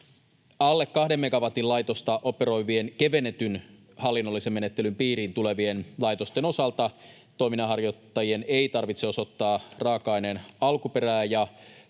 Alle kahden megawatin laitosta operoivien, kevennetyn hallinnollisen menettelyn piiriin tulevien laitosten osalta toiminnanharjoittajien ei tarvitse osoittaa raaka-aineen alkuperää